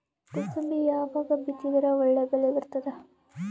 ಕುಸಬಿ ಯಾವಾಗ ಬಿತ್ತಿದರ ಒಳ್ಳೆ ಬೆಲೆ ಬರತದ?